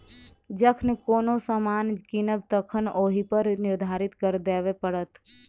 जखन कोनो सामान कीनब तखन ओहिपर निर्धारित कर देबय पड़त